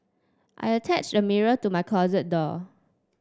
I attached a mirror to my closet door